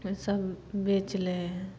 से सब बेच लै हइ